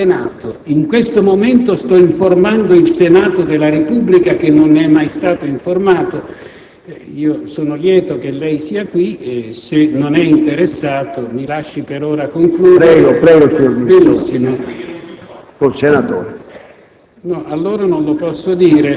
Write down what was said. dell'interno*. Sono tenuto a dare un'informativa al Senato. In questo momento sto informando il Senato della Repubblica che non ne è mai stato informato. Sono lieto che lei sia qui e se non è interessato mi lasci per ora concludere. GRAMAZIO *(AN)*. Se sto